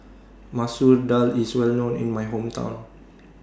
Masoor Dal IS Well known in My Hometown